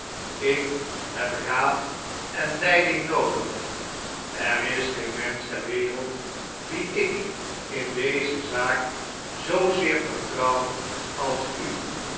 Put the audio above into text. ik hel raad en leiding noodig er is geen mensch ter wereld wien ik in deze zaak zoozeer vertrouw als u